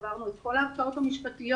עברנו את כל הערכאות המשפטיות.